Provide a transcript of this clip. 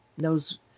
Knows